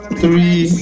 three